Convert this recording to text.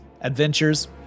adventures